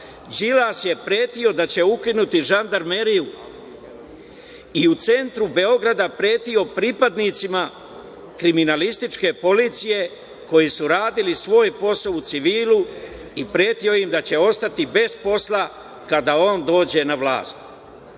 Đilas je pretio da će ukinuti Žandarmeriju i u centru Beograda pretio pripadnicima kriminalističke policije koji su radili svoj posao u civilu i pretio im da će ostati bez posla kada on dođe na